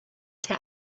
der